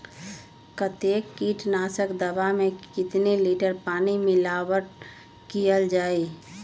कतेक किटनाशक दवा मे कितनी लिटर पानी मिलावट किअल जाई?